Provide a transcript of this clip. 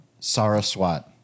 Saraswat